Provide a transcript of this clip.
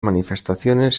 manifestaciones